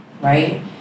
right